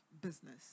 business